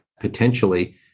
potentially